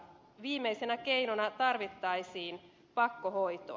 viimeisenä keinona tarvittaisiin pakkohoitoa